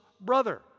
brother